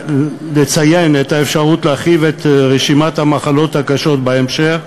לציין את האפשרות להרחיב את רשימת המחלות הקשות בהמשך,